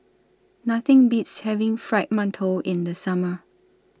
Nothing Beats having Fried mantou in The Summer